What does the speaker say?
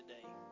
today